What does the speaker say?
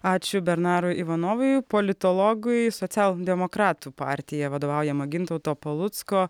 ačiū bernarui ivanovui politologui socialdemokratų partija vadovaujama gintauto palucko